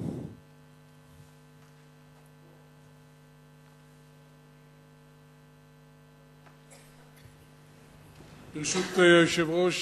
ברשות היושב-ראש,